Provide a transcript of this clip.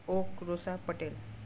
okay रोसा पटेल